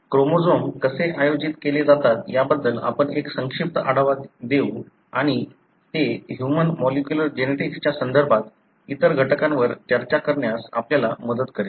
chromosome कसे आयोजित केले जातात याबद्दल आपण एक संक्षिप्त आढावा देऊ आणि ते ह्यूमन मॉलिक्युलर जेनेटिक्सच्या संदर्भात इतर घटकांवर चर्चा करण्यास आपल्याला मदत करेल